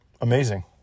amazing